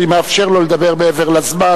אני מאפשר לו לדבר מעבר לזמן,